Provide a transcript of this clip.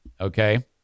okay